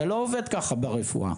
זה לא עובד ככה ברפואה